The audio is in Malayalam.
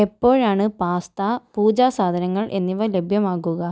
എപ്പോഴാണ് പാസ്ത പൂജാ സാധനങ്ങൾ എന്നിവ ലഭ്യമാകുക